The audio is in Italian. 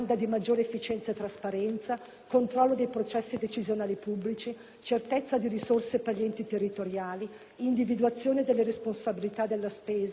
controllo dei processi decisionali pubblici; certezza di risorse per gli enti territoriali; individuazione delle responsabilità della spesa; vicinanza al territorio.